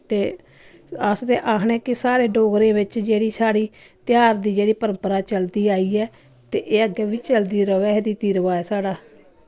ते अस ते आखने कि साढ़े डोगरें बिच जेह्ड़ी साढ़ी तेहार दी जेह्ड़ी परम्परा चलदी आई ऐ ते एह् अग्गें बी चलदी र'वै रीति रवाज साढ़ा